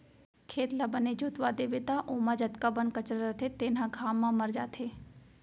खेत ल बने जोतवा देबे त ओमा जतका बन कचरा रथे तेन ह घाम म मर जाथे